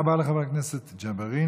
תודה רבה לחבר הכנסת ג'בארין.